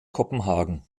kopenhagen